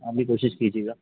आप भी कोशिश कीजिएगा